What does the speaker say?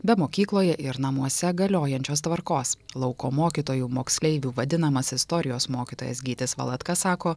be mokykloje ir namuose galiojančios tvarkos lauko mokytoju moksleivių vadinamas istorijos mokytojas gytis valatka sako